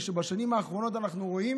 וכי בשנים האחרונות אנחנו רואים